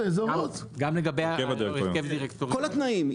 כל התנאים.